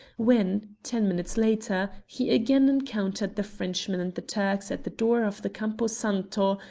when, ten minutes later, he again encountered the frenchman and the turks at the door of the campo santo,